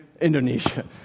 Indonesia